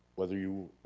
whether you